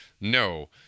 no